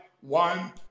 one